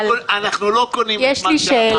הוא עוד לא אמר.